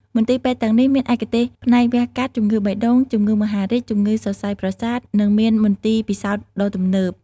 មន្ទីរពេទ្យទាំងនេះមានឯកទេសផ្នែកវះកាត់ ជំងឺបេះដូង ជំងឺមហារីក ជំងឺសរសៃប្រសាទ និងមានមន្ទីរពិសោធន៍ដ៏ទំនើប។